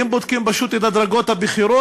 אם בודקים פשוט את הדרגות הבכירות,